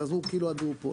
אז הוא כאילו הדואופול.